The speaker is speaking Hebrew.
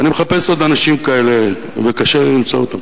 ואני מחפש עוד אנשים כאלה, וקשה לי למצוא אותם.